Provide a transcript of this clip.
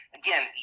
again